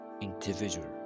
individual